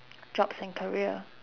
jobs and career